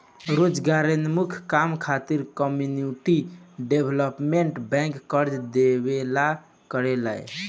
रोजगारोन्मुख काम खातिर कम्युनिटी डेवलपमेंट बैंक कर्जा देवेला करेला